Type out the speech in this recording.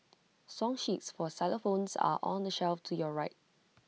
song sheets for xylophones are on the shelf to your right